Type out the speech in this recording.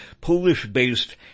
Polish-based